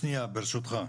שנייה ברשותך.